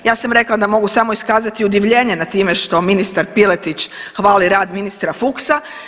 Ja sam rekla da mogu samo iskazati udivljenje nad time što ministar Piletić hvali rad ministra Fuchsa.